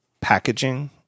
packaging